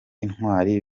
intwari